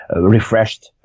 refreshed